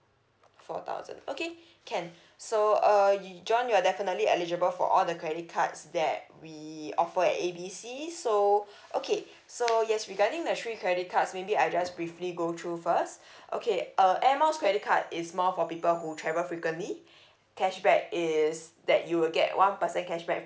four thousand okay can so uh y~ john you are definitely eligible for all the credit cards that we offer at A B C so okay so yes regarding the three credit cards maybe I just briefly go through first okay uh air miles credit card is more for people who travel frequently cashback is that you'll get one percent cashback